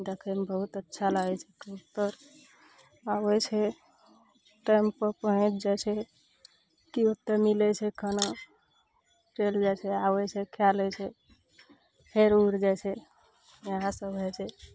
देखैमे बहुत अच्छा लागै छै कबुत्तर आबै छै टाइमपर पहुँच जाइ छै की ओत्तए मिलै छै खाना चैल जाइ छै आबै छै खए लै छै फेर उड़ जाइ छै इहए सब होइ छै